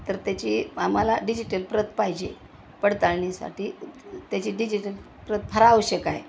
तर त्याची आम्हाला डिजिटल प्रत पाहिजे पडताळणीसाठी त्याची डिजिटल प्रत फार आवश्यक आहे